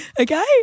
Okay